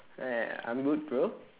uh I'm good bro